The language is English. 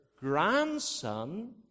grandson